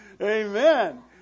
Amen